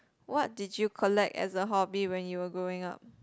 what did you collect as a hobby when you were growing up